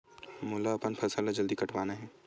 मोला अपन फसल ला जल्दी कटवाना हे?